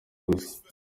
gusa